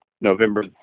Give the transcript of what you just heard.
November